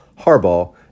Harbaugh